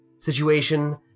situation